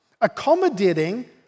accommodating